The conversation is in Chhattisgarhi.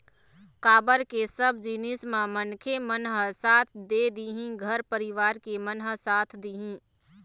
काबर के सब जिनिस म मनखे मन ह साथ दे दिही घर परिवार के मन ह साथ दिही